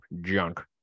junk